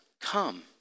come